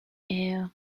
air